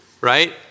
right